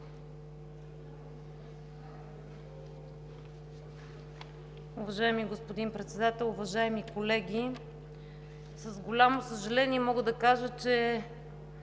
Уважаеми господин Председател, уважаеми колеги! С голямо съжаление мога да кажа, че